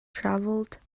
travelled